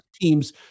teams